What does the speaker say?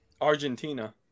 Argentina